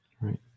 Right